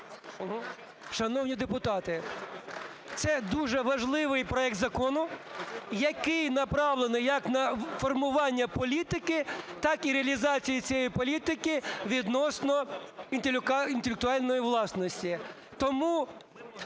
Шановні депутати, це дуже важливий проект закону, який направлено як на формування політики, так і реалізацію цієї політики відносно інтелектуальної власності.